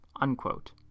unquote